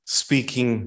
speaking